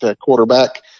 quarterback